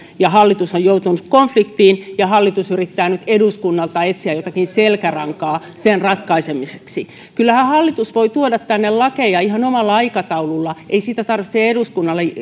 ja hallitus ovat joutuneet konfliktiin ja hallitus yrittää nyt eduskunnalta etsiä jotakin selkärankaa sen ratkaisemiseksi kyllähän hallitus voi tuoda tänne lakeja ihan omalla aikataulullaan eikä siitä tarvitse eduskunnalle